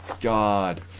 God